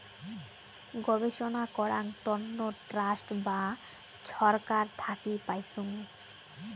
গবেষণা করাং তন্ন ট্রাস্ট বা ছরকার থাকি পাইচুঙ